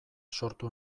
sortu